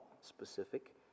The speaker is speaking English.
specific